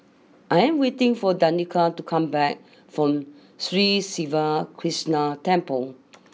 I am waiting for Danika to come back from Sri Siva Krishna Temple